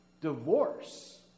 Divorce